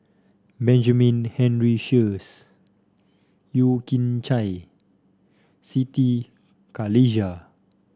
Benjamin Henry Sheares Yeo Kian Chye Siti Khalijah